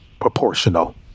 proportional